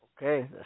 Okay